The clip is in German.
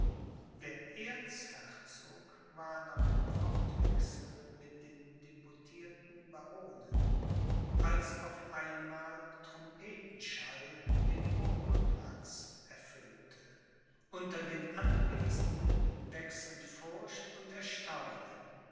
der erzherzog war noch im wortwechsel mit den deputierten baronen als auf einmal trompetenschall den burgplatz erfüllte unter den anwesenden wechseln furcht und erstaunen